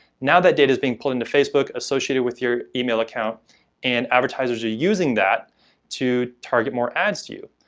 now that data is being pulled into facebook associated with your email account and advertisers are using that to target more ads to you.